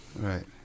right